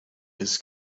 his